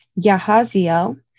Yahaziel